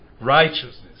righteousness